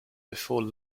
before